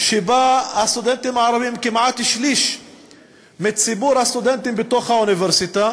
שבה הסטודנטים הערבים מהווים כמעט שליש מציבור הסטודנטים באוניברסיטה,